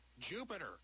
Jupiter